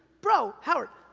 bro, howard,